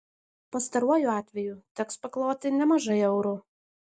pastaruoju atveju teks pakloti nemažai eurų